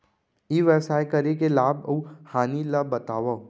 ई व्यवसाय करे के लाभ अऊ हानि ला बतावव?